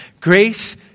Grace